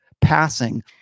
passing